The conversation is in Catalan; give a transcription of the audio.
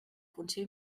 funció